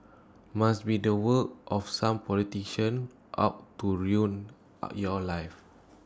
must be the work of some politician out to ruin your life